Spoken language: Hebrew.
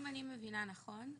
אם אני מבינה נכון,